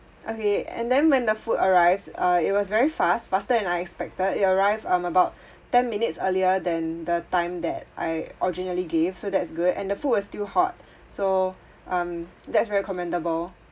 okay and then when the food arrived uh it was very fast faster than I expected it arrived um about ten minutes earlier than the time that I originally gave so that's good and the food was still hot so um that's very commendable